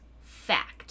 fact